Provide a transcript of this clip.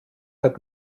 hat